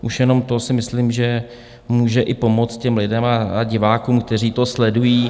Už jenom to si myslím, že může i pomoct lidem a divákům, kteří to sledují.